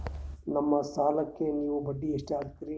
ನಮ್ಮ ಸಾಲಕ್ಕ ನೀವು ಬಡ್ಡಿ ಎಷ್ಟು ಹಾಕ್ತಿರಿ?